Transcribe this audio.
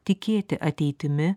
tikėti ateitimi